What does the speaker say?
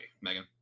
Megan